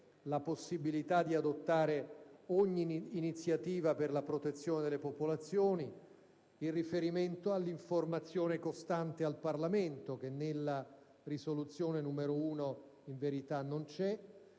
la possibilità di «adottare ogni iniziativa per assicurare la protezione delle popolazioni», il riferimento all'informazione costante al Parlamento, che nella proposta di risoluzione n. 1 in verità non c'è,